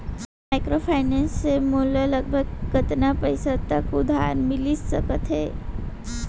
Microfinance से मोला लगभग कतना पइसा तक उधार मिलिस सकत हे?